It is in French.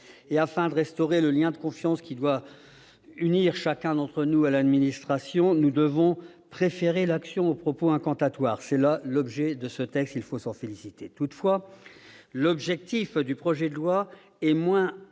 afin de restaurer le lien de confiance qui doit unir chacun d'entre nous à l'administration, nous devons préférer l'action aux propos incantatoires. Tel est l'objet de ce texte. Il faut s'en féliciter. Cependant, avec ce projet de loi, il s'agit